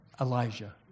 Elijah